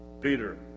Peter